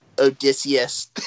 Odysseus